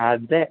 അതെ